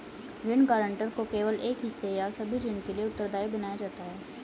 ऋण गारंटर को केवल एक हिस्से या सभी ऋण के लिए उत्तरदायी बनाया जाता है